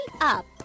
up